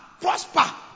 prosper